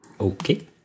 Okay